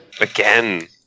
Again